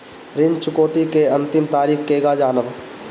ऋण चुकौती के अंतिम तारीख केगा जानब?